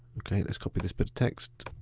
okay, let's copy this bit of text.